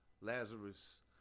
Lazarus